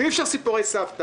ואי אפשר לספר סיפורי סבתא.